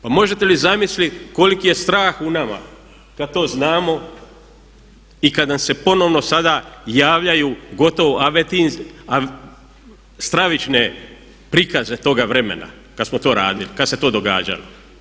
Pa možete li zamislit koliki je strah u nama kad to znamo i kad nam se ponovno sada javljaju gotovo stravične prikaze toga vremena kad smo to radili, kad se to događalo.